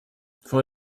vor